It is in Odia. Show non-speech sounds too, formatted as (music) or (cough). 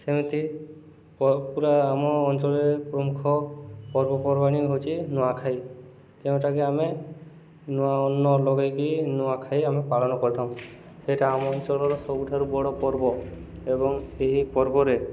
ସେମିତି (unintelligible) ପୁରା ଆମ ଅଞ୍ଚଳରେ ପ୍ରମୁଖ ପର୍ବପର୍ବାଣି ହେଉଛି ନୂଆଖାଇ ଯେଉଁଟାକି ଆମେ ନୂଆ ଅନ୍ନ ଲଗେଇକି ନୂଆଖାଇ ଆମେ ପାଳନ କରିଥାଉ ସେଇଟା ଆମ ଅଞ୍ଚଳର ସବୁଠାରୁ ବଡ଼ ପର୍ବ ଏବଂ ଏହି ପର୍ବରେ